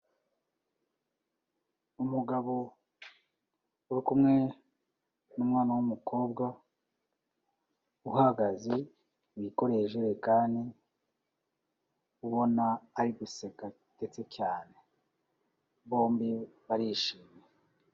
Umugabo uri kumwe n'umwana w'umukobwa uhagaze, wikoreye ijerekani, ubona ari guseka ndetse cyane, bombi barishimye.